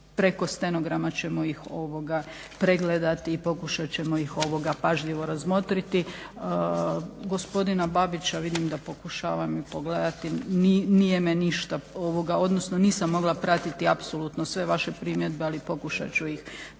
preko stenograma ćemo ih pregledati i pokušat ćemo ih pažljivo razmotriti. Gospodina Babića vidim da me pokušava pogledati nije me ništa odnosno nisam mogla pratiti apsolutno sve vaše primjedbe ali pokušat ću ih preko